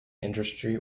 industry